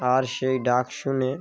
আর সেই ডাক শুনে